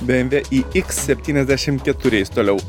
bmw ix septyniasdešim keturiais toliau